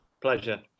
Pleasure